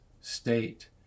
state